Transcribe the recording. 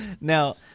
Now